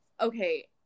okay